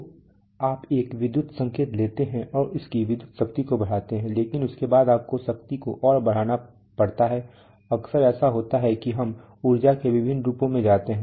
तो आप एक विद्युत संकेत लेते हैं और उसकी विद्युत शक्ति को बढ़ाते हैं लेकिन उसके बाद आपको शक्ति को और बढ़ाना पड़ता हैअक्सर ऐसा होता है कि हम ऊर्जा के विभिन्न रूपों में जाते हैं